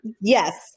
Yes